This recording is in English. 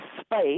space